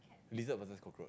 lizard versus cockroach